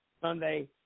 Sunday